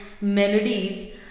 melodies